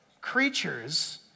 creatures